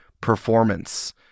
performance